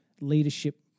leadership